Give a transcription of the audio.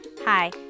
Hi